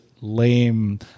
lame